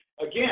again